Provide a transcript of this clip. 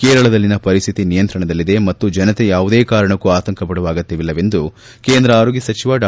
ಕೇರಳದಲ್ಲಿನ ಪರಿಸ್ತಿತಿ ನಿಯಂತ್ರಣದಲ್ಲಿದೆ ಮತ್ತು ಜನತೆ ಯಾವುದೇ ಕಾರಣಕೂ ಆತಂಕಪಡುವ ಅಗತ್ಯವಿಲ್ಲ ಎಂದು ಕೇಂದ್ರ ಆರೋಗ್ಲ ಸಚಿವ ಡಾ